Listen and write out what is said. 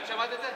את שמעת את זה?